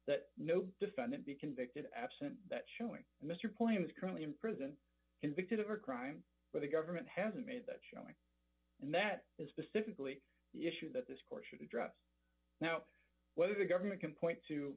that no defendant be convicted absent that showing mr point is currently in prison convicted of a crime where the government has made that showing and that is specifically the issue that this court should address now whether the government can point to